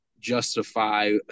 justify